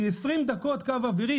שהיא 20 דקות בקו אווירי,